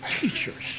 teachers